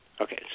Okay